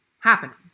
happening